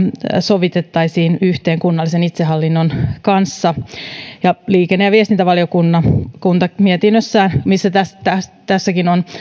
sovitettaisiin yhteen kunnallisen itsehallinnon kanssa liikenne ja viestintävaliokunta mietinnössään mihin tässäkin on